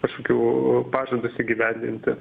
kažkokių pažadus įgyvendinti